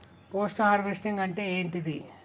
Post harvesting అంటే ఏంటిది?